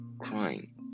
crying